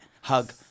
hug